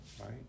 right